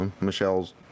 Michelle's